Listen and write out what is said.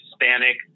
Hispanic